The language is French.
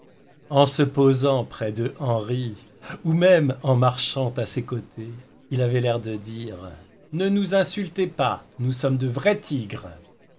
en se posant près de henri ou même en marchant à ses cotés il avait l'air de dire ne nous insultez pas nous sommes de vrais tigres